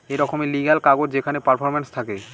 এক রকমের লিগ্যাল কাগজ যেখানে পারফরম্যান্স থাকে